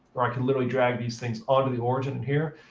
or i could literally drag these things onto the origin and here.